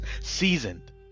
seasoned